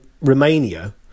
Romania